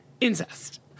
incest